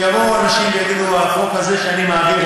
שיבואו אנשים ויגידו: החוק הזה שאני מעביר,